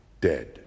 dead